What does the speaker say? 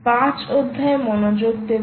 5 অধ্যায় এ মনোযোগ দেবে